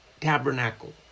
tabernacle